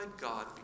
God